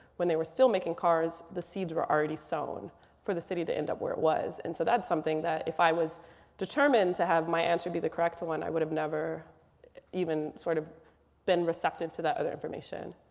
when they were still making cars, the seeds were already sown for the city to end up where it was. and so that's something that if i was determined to have my answer be the correct one, i would have never even sort of been receptive to that other information.